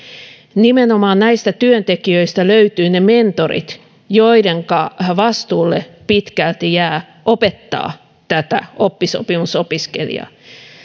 nimenomaan näistä työntekijöistä löytyvät ne mentorit joidenka vastuulle pitkälti jää opettaa tätä oppisopimusopiskelijaa